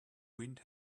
wind